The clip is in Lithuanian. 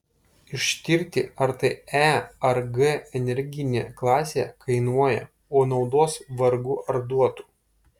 ištirti ar tai e ar g energinė klasė kainuoja o naudos vargu ar duotų